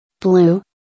Blue